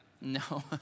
no